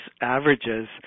averages